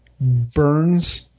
burns